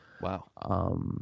Wow